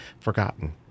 forgotten